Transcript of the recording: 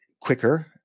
Quicker